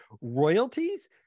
royalties